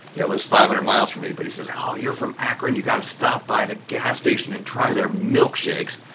lives five hundred miles from me, but he says, oh you're from akron. you got to stop by the gas station and try their milkshakes.